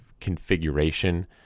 configuration